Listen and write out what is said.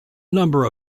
number